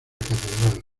catedral